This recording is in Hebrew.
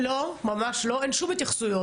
לא, ממש לא, אין שום התייחסויות.